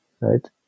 right